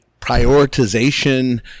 prioritization